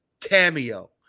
cameo